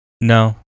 No